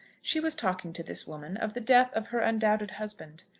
she was talking to this woman of the death of her undoubted husband.